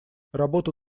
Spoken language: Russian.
работу